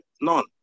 None